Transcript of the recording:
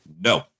no